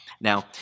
Now